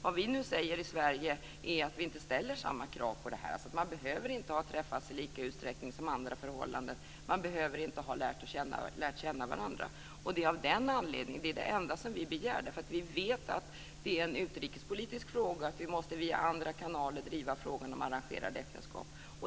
Vad vi nu säger i Sverige är att vi inte ställer samma krav på det. Man behöver inte ha träffats i lika utsträckning som i andra förhållanden och man behöver inte att ha lärt känna varandra. Det är det enda som vi begär. Vi vet att det är en utrikespolitisk fråga och att vi måste via andra kanaler driva frågan om arrangerade äktenskap.